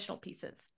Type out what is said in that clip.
pieces